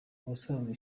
ubusanzwe